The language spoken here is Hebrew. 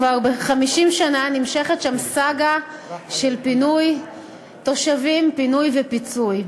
כבר 50 שנה נמשכת שם סאגה של פינוי תושבים ופיצוי.